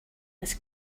this